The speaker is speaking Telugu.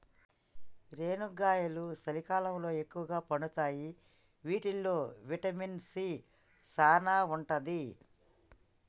రేనుగాయలు సలికాలంలో ఎక్కుగా పండుతాయి వీటిల్లో విటమిన్ సీ సానా ఉంటది